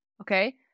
okay